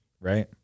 right